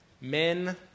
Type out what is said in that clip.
Men